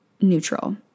neutral